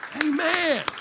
Amen